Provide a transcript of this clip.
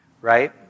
Right